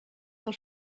del